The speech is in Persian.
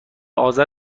آذر